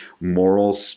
moral